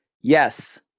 Yes